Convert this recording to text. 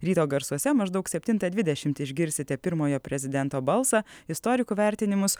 ryto garsuose maždaug septintą dvidešimt išgirsite pirmojo prezidento balsą istorikų vertinimus